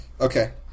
Okay